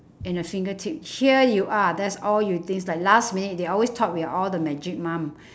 in a fingertip here you are that's all you think it's like last minute they always thought we are all the magic mum